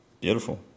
Beautiful